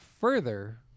further